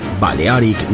Balearic